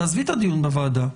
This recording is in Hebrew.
תעזבי את הדיון בוועדה,